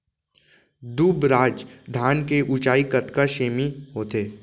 दुबराज धान के ऊँचाई कतका सेमी होथे?